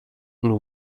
nous